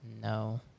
No